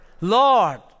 Lord